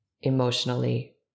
emotionally